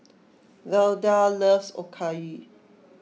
Velda loves Okayu